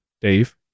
Dave